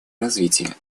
развитие